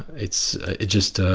it's just